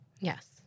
Yes